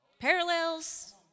parallels